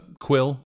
quill